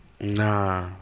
Nah